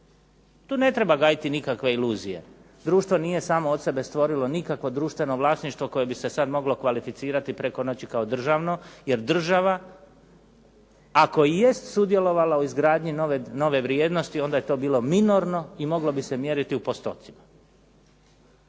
Tu ne treba gajiti nikakve iluzije. Društvo nije samo od sebe stvorilo nikakvo društveno vlasništvo koje bi se sad moglo kvalificirati preko noći kao državno, jer država ako i jest sudjelovala u izgradnji nove vrijednosti, onda je to bilo minorno i moglo bi se mjeriti u postocima.